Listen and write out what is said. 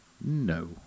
No